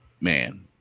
man